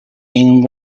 and